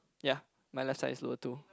ya my left side is lower too